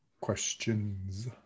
Questions